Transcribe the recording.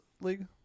League